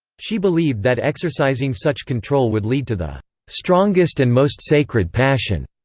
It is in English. she believed that exercising such control would lead to the strongest and most sacred passion.